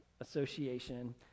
Association